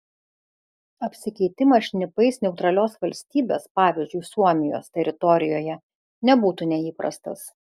apsikeitimas šnipais neutralios valstybės pavyzdžiui suomijos teritorijoje nebūtų neįprastas